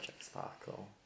Sparkle